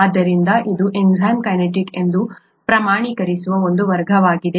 ಆದ್ದರಿಂದ ಇದು enzyme kinetic ಅನ್ನು ಪ್ರಮಾಣೀಕರಿಸುವ ಒಂದು ಮಾರ್ಗವಾಗಿದೆ